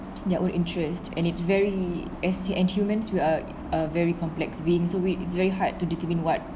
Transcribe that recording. their own interest and it's very as and humans we are a very complex being so we'd it's very hard to determine what